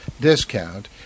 discount